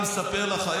אני אספר לך,